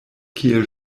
kiel